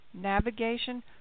navigation